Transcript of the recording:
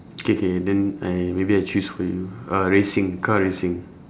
K K then I maybe I choose for you uh racing car racing